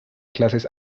clases